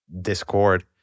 Discord